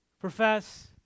profess